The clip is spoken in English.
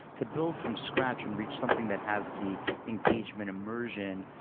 to build from scratch and reach something that has the engagement, immersion,